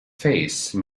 face